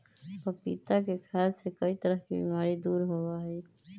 पपीता के खाय से कई तरह के बीमारी दूर होबा हई